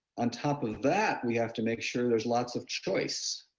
on top of that, we have to make sure there's lots of choice